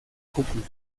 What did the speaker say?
cúpula